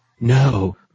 No